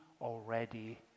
already